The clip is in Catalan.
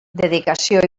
dedicació